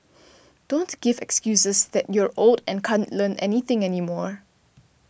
don't give excuses that you're old and can't Learn Anything anymore